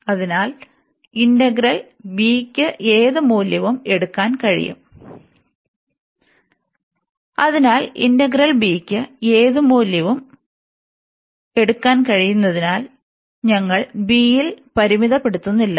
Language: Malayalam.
അതിനാൽ ഇന്റഗ്രൽ b ക്ക് ഏത് മൂല്യവും എടുക്കാൻ കഴിയും അതിനാൽ ഞങ്ങൾ b യിൽ പരിമിതപ്പെടുത്തുന്നില്ല